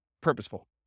purposeful